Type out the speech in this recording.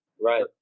right